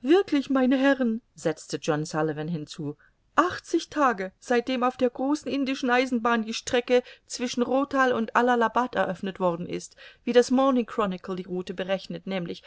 wirklich meine herren setzte john sullivan hinzu achtzig tage seitdem auf der großen indischen eisenbahn die strecke zwischen rothal und allahabad eröffnet worden ist wie das morning chronicle die route berechnet nämlich